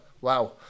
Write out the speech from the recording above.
wow